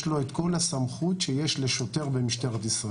לו את כל הסמכות שיש לשוטר במשטרת ישראל.